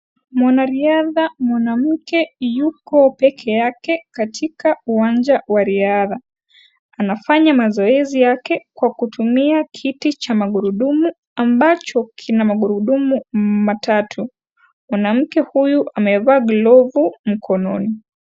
Mwanariadha, mwanamke, yuko, peke yake, katika, uwanja wa riadha, anafanya mazoezi yake, kwa kutumia kiti cha magurudumu, ambacho kina magurudumu matatu, mwanamke huyu amevaa glovu, mkonon.